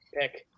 pick